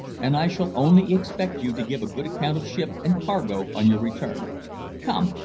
and i shall only expect you to give a good account of ship and cargo on your return come,